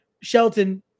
Shelton